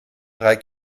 drei